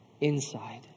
Inside